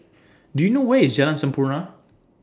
Do YOU know Where IS Jalan Sampurna